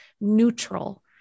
neutral